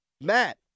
Matt